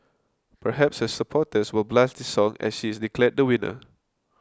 perhaps her supporters will blast this song as she is declared the winner